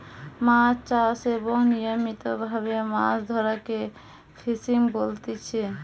মাছ চাষ এবং নিয়মিত ভাবে মাছ ধরাকে ফিসিং বলতিচ্ছে